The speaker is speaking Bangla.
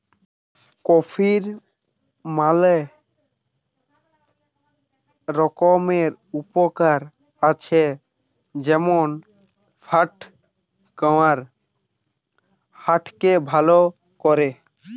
কফির ম্যালা রকমের উপকার আছে যেমন ফ্যাট কমায়, হার্ট কে ভাল করে